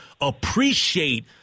appreciate